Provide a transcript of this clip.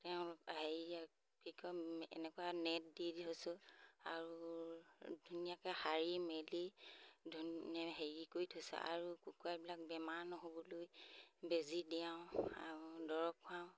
তেওঁলোক হেৰি কি কয় এনেকুৱা নেট দি থৈছোঁ আৰু ধুনীয়াকৈ সাৰি মেলি ধুনীয়াকৈ হেৰি কৰি থৈছোঁ আৰু কুকুৰাবিলাক বেমাৰ নহ'বলৈ বেজি দিয়াওঁ আৰু দৰৱ খুৱাওঁ